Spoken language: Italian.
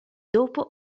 dopo